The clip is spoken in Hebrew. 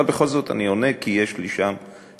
אבל אני עונה בכל זאת כי יש לי שם חלק,